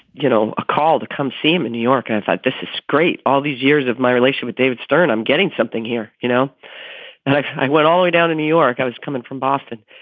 you know, a call to come see him in new york. and i thought, this is great. all these years of my relation with david stern, i'm getting something here, you know and i went all the way down in new york. i was coming from boston.